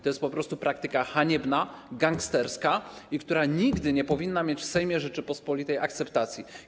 To jest po prostu praktyka haniebna, gangsterska, która nigdy nie powinna mieć w Sejmie Rzeczypospolitej akceptacji.